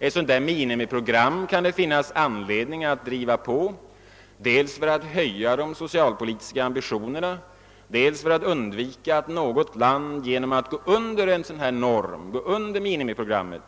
Ett sådant minimiprogram kan det finnas anledning att driva på, dels för att höja de socialpolitiska ambitionerna, dels för att undvika att något land genom att underskrida minimiprogrammet